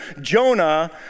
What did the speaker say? Jonah